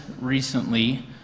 recently